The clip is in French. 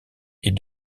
est